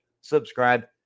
subscribe